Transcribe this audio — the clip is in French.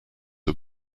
aux